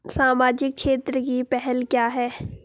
सामाजिक क्षेत्र की पहल क्या हैं?